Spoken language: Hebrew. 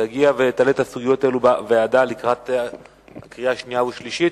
תגיע ותעלה את הסוגיות האלה בוועדה לקראת הקריאה השנייה והשלישית.